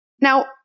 Now